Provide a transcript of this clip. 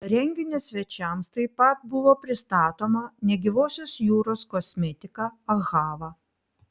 renginio svečiams taip pat buvo pristatoma negyvosios jūros kosmetika ahava